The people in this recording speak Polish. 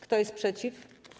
Kto jest przeciw?